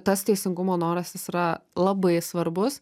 tas teisingumo noras jis yra labai svarbus